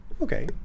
Okay